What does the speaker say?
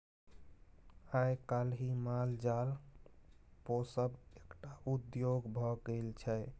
आइ काल्हि माल जाल पोसब एकटा उद्योग भ गेल छै